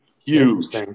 Huge